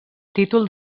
títol